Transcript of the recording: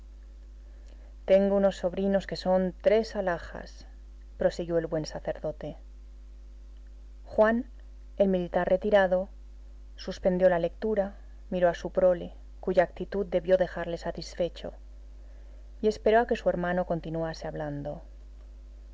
tengo unos sobrinos que son tres alhajas prosiguió el buen sacerdote juan el militar retirado suspendió la lectura miró a su prole cuya actitud debió dejarle satisfecho y esperó a que su hermano continuase hablando